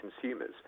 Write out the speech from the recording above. consumers